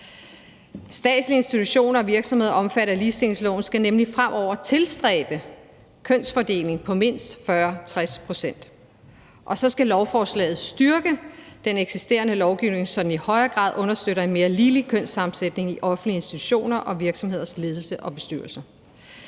Statslige institutioner og virksomheder omfattet af ligestillingsloven skal nemlig fremover tilstræbe en kønsfordeling på mindst 40/60 pct. Og så skal lovforslaget styrke den eksisterende lovgivning, så den i højere grad understøtter en mere ligelig kønssammensætning i offentlige institutioners og virksomheders ledelse og bestyrelse.